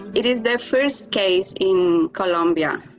it is their first case in colombia.